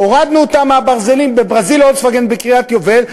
הורדנו אותם מהברזלים בברזיל אולסוונגר בקריית-היובל,